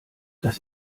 das